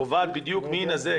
שקובעת בדיוק מי יינזק,